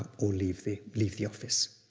or leave the leave the office.